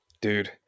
dude